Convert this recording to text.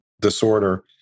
disorder